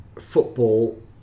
football